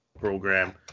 program